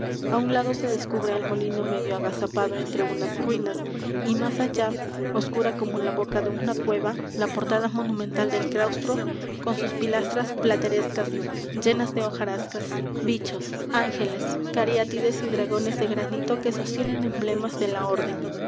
á un lado se descubre el molino medio agazapado entre unas ruinas y más allá oscura como la boca de una cueva la portada monumental del claustro con sus pilastras platerescas llenas de hojarascas bichos ángeles cariátides y dragones de granito que sostienen emblemas de la orden